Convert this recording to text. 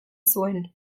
zuen